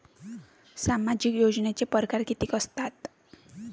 सामाजिक योजनेचे परकार कितीक असतात?